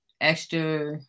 extra